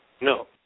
no